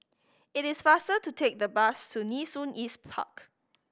it is faster to take the bus to Nee Soon East Park